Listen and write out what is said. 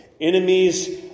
enemies